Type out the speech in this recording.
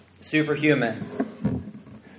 superhuman